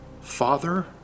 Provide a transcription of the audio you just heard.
Father